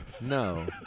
No